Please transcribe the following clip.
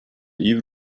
even